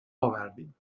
آوردیم